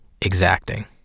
exacting